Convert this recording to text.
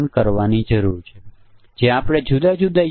જે 1000 ની બરાબર છે અને તે જ રીતે અહીં આપણને અનુરૂપ સંયોજનો પણ છે